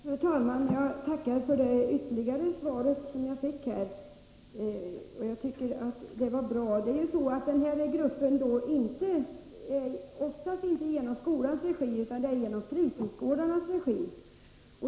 Fru talman! Jag tackar för det ytterligare svar som jag fått här, och jag tycker att det var bra. Gruppen i fråga anlitas oftast inte i skolans regi utan i fritidsgårdarnas regi.